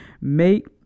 make